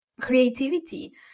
Creativity